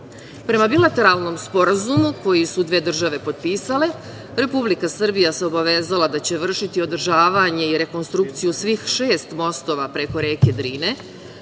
Uvac. Prema bilateralnom Sporazumu koji su dve države potpisale, Republika Srbija se obavezala da će vršiti održavanje i rekonstrukciju svih šest mostova preko reke Drine,